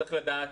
צריך לדעת